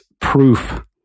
proof